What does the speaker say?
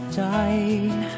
die